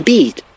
Beat